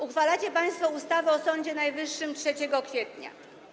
Uchwalacie państwo ustawę o Sądzie Najwyższym 3 kwietnia.